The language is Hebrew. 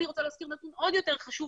אני רוצה להזכיר לכם נתון עוד יותר חשוב,